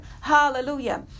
Hallelujah